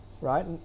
right